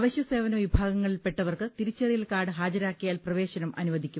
അവശ്യ സേവന വിഭാഗങ്ങളിൽപ്പെട്ടവർക്ക് തിരിച്ചറിയൽ കാർഡ് ഹാജരാക്കിയാൽ പ്രവേശനം അനുവദിക്കും